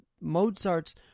Mozart's